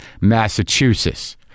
Massachusetts